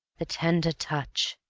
the tender touch,